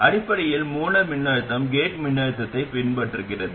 அடிப்படையில் மூல மின்னழுத்தம் கேட் மின்னழுத்தத்தைப் பின்பற்றுகிறது